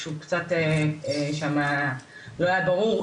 כשהוא קצת לא היה ברור,